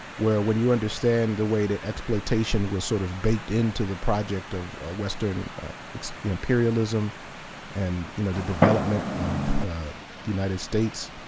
where, when you understand the way that exploitation was sort of baked into the project of western imperialism and you know the development of the the united states.